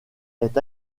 est